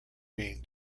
being